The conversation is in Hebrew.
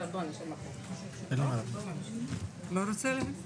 לא רוצה.